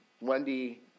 Wendy